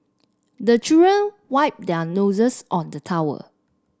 the children wipe their noses on the towel